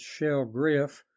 shellgriff